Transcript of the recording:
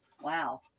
Wow